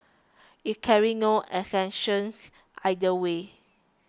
it carries no assertions either way